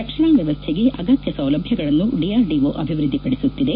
ರಕ್ಷಣಾ ವ್ಯವಸ್ಥೆಗೆ ಅಗತ್ತ ಸೌಲಭ್ವಗಳನ್ನು ಡಿಆರ್ಡಿಒ ಅಭಿವೃದ್ವಿಪಡಿಸುತಿದೆ